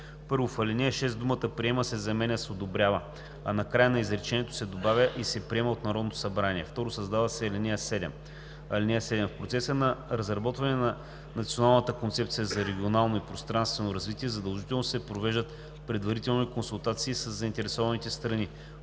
„1. В ал. 6 думата „приема“ се заменя с „одобрява“, а накрая на изречението се добавя „и се приема от Народното събрание“. 2. Създава се ал. 7: „(7) В процеса на разработване на Националната концепция за регионално и пространствено развитие задължително се провеждат предварителни консултации със заинтересованите страни.